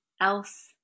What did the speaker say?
else